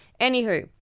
Anywho